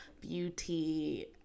beauty